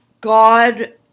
God